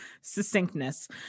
succinctness